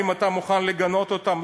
האם אתה מוכן לגנות אותם?